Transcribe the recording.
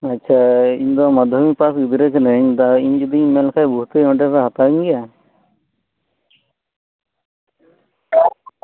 ᱟᱪᱪᱷᱟ ᱤᱧᱫᱚ ᱢᱟᱫᱽᱫᱷᱚᱢᱤᱠ ᱯᱟᱥ ᱜᱤᱫᱽᱨᱟᱹ ᱠᱟᱱᱟᱹᱧ ᱤᱧ ᱡᱩᱫᱤᱧ ᱢᱮᱱᱞᱮᱠᱷᱟᱱ ᱵᱷᱩᱨᱛᱤᱜ ᱟᱹᱧ ᱚᱸᱰᱮᱯᱮ ᱦᱟᱛᱟᱣᱤᱧ ᱜᱮᱭᱟ